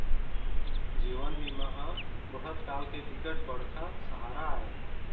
जीवन बीमा ह बुढ़त काल के बिकट बड़का सहारा आय